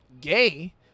gay